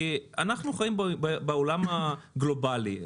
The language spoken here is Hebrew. אנחנו חיים בעולם גלובלי,